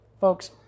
folks